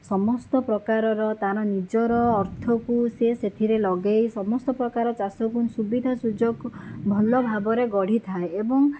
ସମସ୍ତ ପ୍ରକାରର ତା'ର ନିଜର ଅର୍ଥକୁ ସେ ସେଥିରେ ଲଗାଇ ସମସ୍ତ ପ୍ରକାର ଚାଷକୁ ସୁବିଧା ସୁଯୋଗ ଭଲଭାବରେ ଗଢ଼ିଥାଏ ଏବଂ